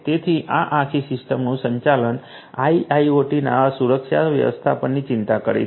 તેથી આ આખી સિસ્ટમનું સંચાલન આઈઆઈઓટી ના સુરક્ષા વ્યવસ્થાપનની ચિંતા કરે છે